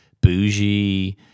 bougie